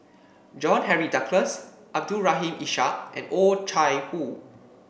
John Henry Duclos Abdul Rahim Ishak and Oh Chai Hoo